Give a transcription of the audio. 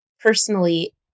personally